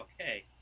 okay